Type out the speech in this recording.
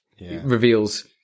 reveals